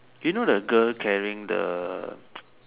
you know the girl carrying the